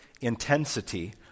intensity